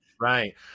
Right